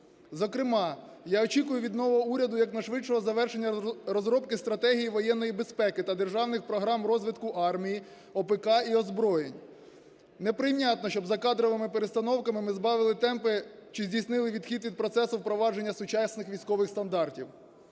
Зокрема, я очікую від нового уряду якнайшвидшого завершення розробки стратегій воєнної безпеки та державних програм розвитку армії, ОПК і озброєнь. Неприйнятно, щоб за кадровими перестановками ми збавили темпи чи здійснили відхід від процесу впровадження сучасних військових стандартів.